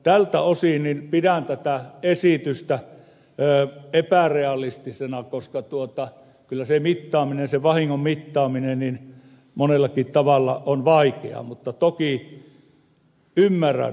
tältä osin pidän tätä esitystä epärealistisena koska kyllä sen vahingon mittaaminen monellakin tavalla on vaikeaa mutta toki ymmärrän ed